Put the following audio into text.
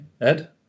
Ed